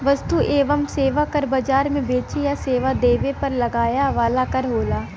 वस्तु एवं सेवा कर बाजार में बेचे या सेवा देवे पर लगाया वाला कर होला